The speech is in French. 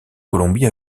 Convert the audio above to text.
colombie